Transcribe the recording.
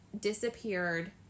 disappeared